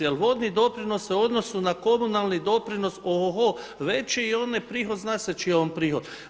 Jer vodni doprinos u odnosnu na komunalni doprinos je ohoho veći i on je prihod, zna se čiji je on prihod.